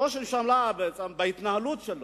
ראש הממשלה בהתנהלות שלו,